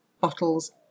bottles